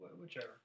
whichever